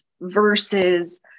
versus